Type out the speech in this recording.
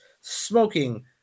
smoking